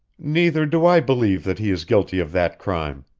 neither do i believe that he is guilty of that crime,